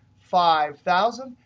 five thousand